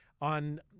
on